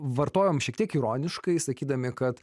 vartojam šiek tiek ironiškai sakydami kad